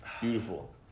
Beautiful